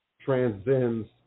transcends